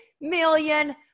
million